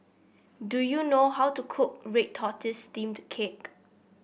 do you know how to cook Red Tortoise Steamed Cake